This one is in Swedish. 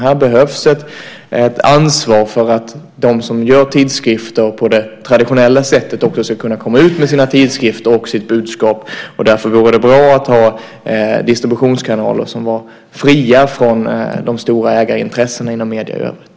Här behövs ett ansvar för att de som gör tidskrifter på det traditionella sättet också ska kunna komma ut med sina tidskrifter och sitt budskap. Därför vore det bra att ha distributionskanaler som var fria från de stora ägarintressena inom medierna i övrigt.